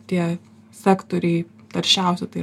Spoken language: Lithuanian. tie sektoriai taršiausių tai